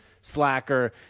slacker